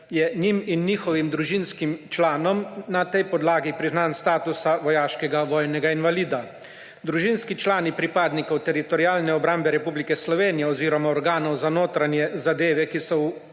je njim in njihovim družinskim članom na tej podlagi priznan statusa vojaškega vojnega invalida. Družinski člani pripadnikov Teritorialne obrambe Republike Slovenije oziroma organov za notranje zadeve, ki so